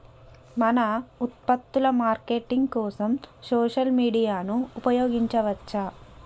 మన ఉత్పత్తుల మార్కెటింగ్ కోసం సోషల్ మీడియాను ఉపయోగించవచ్చా?